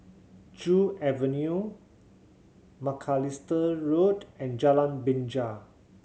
Joo Avenue Macalister Road and Jalan Binja